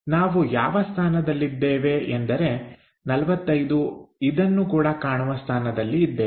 ನಾವು ಯಾವ ಸ್ಥಾನದಲ್ಲಿದ್ದೇವೆ ಎಂದರೆ 45 ಇದನ್ನು ಕೂಡ ಕಾಣುವ ಸ್ಥಾನದಲ್ಲಿ ಇದ್ದೇವೆ